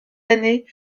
années